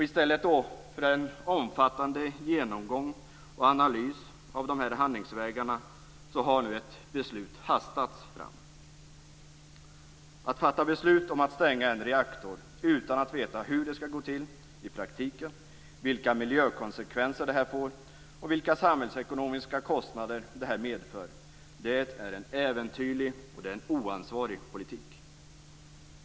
I stället för en omfattande genomgång och analys av de här handlingsvägarna har nu ett beslut hastats fram. Att fatta beslut om att stänga en reaktor utan att veta hur det skall gå till i praktiken, vilka miljökonsekvenser det får och vilka samhällsekonomiska kostnader det medför är en äventyrlig och en oansvarig politik.